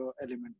element